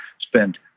spend